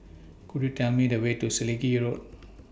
Could YOU Tell Me The Way to Selegie Road